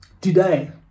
Today